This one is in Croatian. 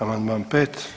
Amandman 5.